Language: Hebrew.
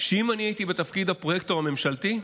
שאם אני הייתי בתפקיד הפרויקטור הממשלתי,